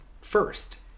first